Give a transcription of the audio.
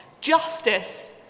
justice